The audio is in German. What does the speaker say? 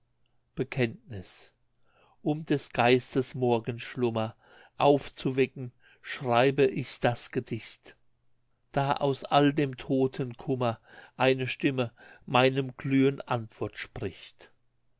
bekenntnis um des geistes morgenschlummer aufzuwecken schreibe ich das gedicht da aus all dem toten kummer eine stimme meinem glühen antwort spricht